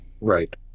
Right